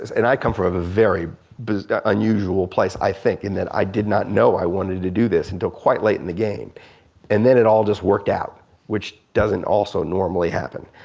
and i come from very but unusual place i think in that i did not know i wanted to do this until quite late in the game and then it all just worked out which doesn't also normally happen.